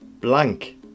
blank